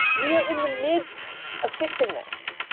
we are in the midst of fixing this.